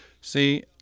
See